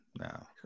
No